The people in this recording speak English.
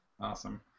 awesome